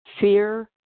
fear